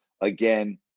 again